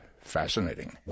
fascinating